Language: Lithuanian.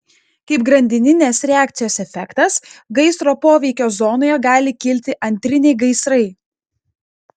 kaip grandininės reakcijos efektas gaisro poveikio zonoje gali kilti antriniai gaisrai